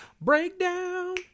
Breakdown